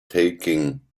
taking